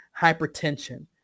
hypertension